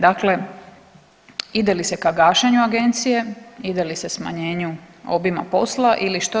Dakle, ide li se ka gašenju agencije, ide li se smanjenju obima posla ili što?